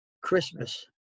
Christmas